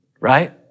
right